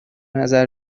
نظر